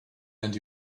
and